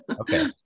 Okay